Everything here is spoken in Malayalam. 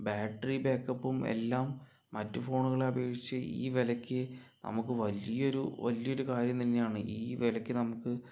ബാറ്ററി ബാക്കപ്പും എല്ലാം മറ്റു ഫോണുകളെ അപേക്ഷിച്ച് ഈ വിലയ്ക്ക് നമുക്ക് വലിയൊരു വലിയൊരു കാര്യം തന്നെയാണ് ഈ വിലയ്ക്ക് നമുക്ക്